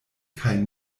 kaj